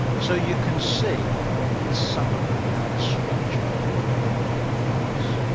so you can see in this summary how the structure of the document works.